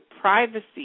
privacy